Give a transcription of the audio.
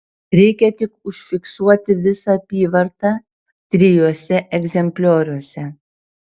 reikia tik užfiksuoti visą apyvartą trijuose egzemplioriuose